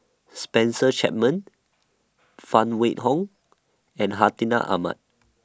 Spencer Chapman Phan Wait Hong and Hartinah Ahmad